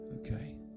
Okay